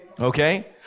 Okay